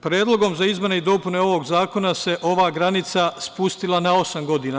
Predlogom za izmene i dopune ovog zakona se ova granica spustila na osam godina.